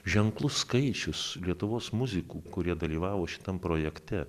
ženklus skaičius lietuvos muzikų kurie dalyvavo šitam projekte